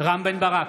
רם בן ברק,